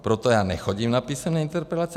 Proto já nechodím na písemné interpelace.